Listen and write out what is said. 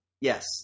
Yes